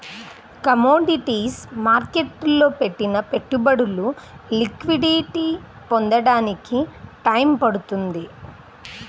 commodities మార్కెట్టులో పెట్టిన పెట్టుబడులు లిక్విడిటీని పొందడానికి టైయ్యం పడుతుంది